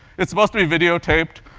it's supposed to be videotaped.